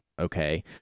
okay